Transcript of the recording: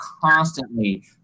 constantly